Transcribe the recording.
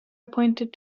appointed